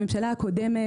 בממשלה הקודמת,